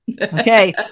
okay